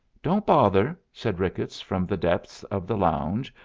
don't bother, said ricketts, from the depths of the lounge,